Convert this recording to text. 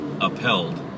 upheld